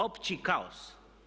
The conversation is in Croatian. Opći kaos!